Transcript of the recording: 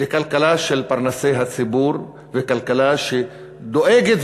לכלכלה של פרנסי הציבור וכלכלה שדואגת,